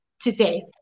today